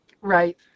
Right